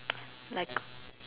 like